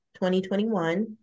2021